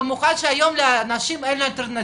במיוחד שהיום אין לאנשים אלטרנטיבה,